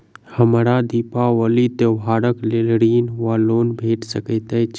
हमरा दिपावली त्योहारक लेल ऋण वा लोन भेट सकैत अछि?